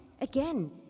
again